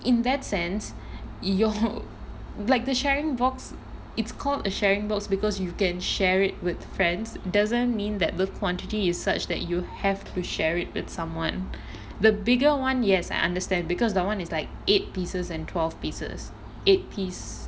in that sense your like the sharing box it's called a sharing box because you can share it with friends doesn't mean that the quantity is such that you have to share it with someone the bigger [one] yes I understand because that [one] is like eight pieces and twelve pieces eight piece